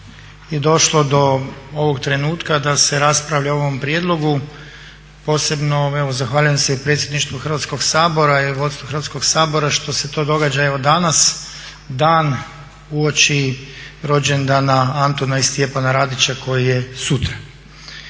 je došlo do ovog trenutka da se raspravlja o ovom prijedlogu, posebno zahvaljujem predsjedništvu Hrvatskog sabora i vodstvu Hrvatskog sabora što se to događa danas, dan uoči rođendana Antuna i Stjepana Radića koji je sutra.